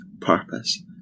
purpose